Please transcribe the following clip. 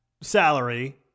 salary